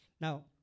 Now